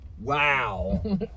Wow